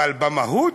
אבל במהות,